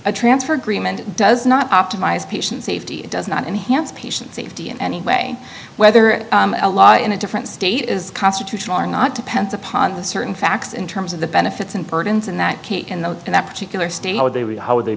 a transfer agreement does not optimize patient safety it does not enhance patient safety in any way whether a law in a different state is constitutional or not depends upon the certain facts in terms of the benefits and burdens in that case in those in that particular state how they would how would they